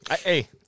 Hey